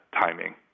timing